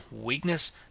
weakness